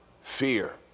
fear